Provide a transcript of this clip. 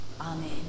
amen